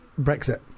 Brexit